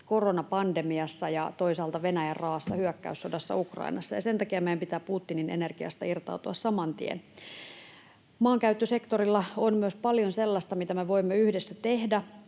koronapandemiassa ja toisaalta Venäjän raa’assa hyökkäyssodassa Ukrainassa, ja sen takia meidän pitää Putinin energiasta irtautua saman tien. Maankäyttösektorilla on myös paljon sellaista, mitä me voimme yhdessä tehdä.